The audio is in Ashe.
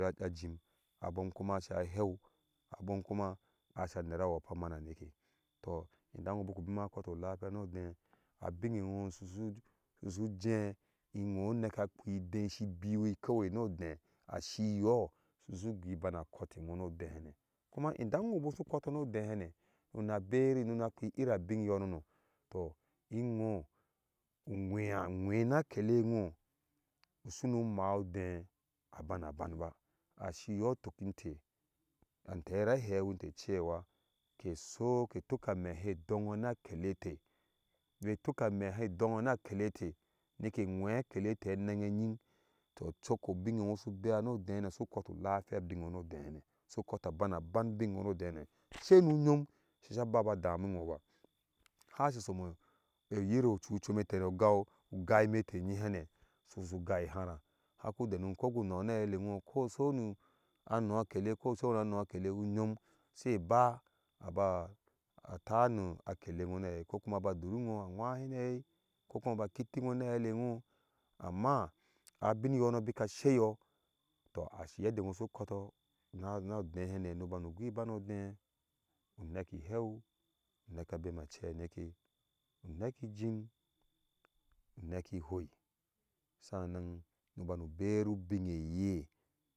Ajim abom kuma sha aheɛu abom kuma asha neraa hwɔpɔ aman aneke tɔɔ idan buku bema akɔtɔ lapiya nuɔdeh abin ŋo susu su jɛ ŋo neka kpi ide shi biwi keɛi nuɔdeh ahi yɔɔ su gui ban akɔtɛ ŋo ɔdehene kum idan ŋo busu kɔtɔɔ nuɔdehene nuna beri nuna kpi iri abin yɔnono tɔɔ ŋo hwɛ hwɛ naa kɛlɛ ŋo ushunu maaɛɔdɛh aban aban ba ashi yɔɔtuk inte antɛɛ yir ahɛɛ inte cewa ke tuk ame he ɛdɔ ŋo na a kɛlɛtɛ be tuk amehe ɛdɔ ŋo na akɛlɛtɛ neke ŋwe akɛlɛtɛ anɛn enyiŋg tɔɔ cok ɔbin nɔ su beya nuɔdehne shu kɔtɔɔ lapiya binn nɔ nuɔdehene shu kɔtɔɔ aban aban binne nɔnuo dehene shei nu nyom shisa ba aba dami ŋo ba hashi somo eyiri ocu comete yene ogau ugai mete nye hane susu gai ɛhara haku denu koku nɔɔ na heile nɔ ko so na nɔɔ akele ko gu seho na nɔɔ akele nyom se ba abatar nu akele ŋo na hei kokuma ab dur ŋo na hɛilɛ ŋo amma abin yɔɔ no bika sheyɔɔ tɔɔ ashu yende nɔ shu kɔtɔɔ nana ɔdehene nu bani gui banen ŋo odeh nu neki hɛu neka bema cɛi aneke uneki ijim uneki hoi sanan nu banu beri ubin eyɛ.